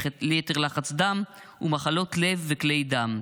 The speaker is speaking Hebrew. יתר לחץ דם ומחלות לב וכלי דם,